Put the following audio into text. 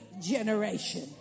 generation